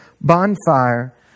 bonfire